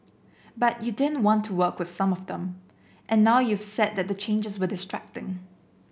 but you didn't want to work with some of them and now you've said that the changes were distracting